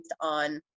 on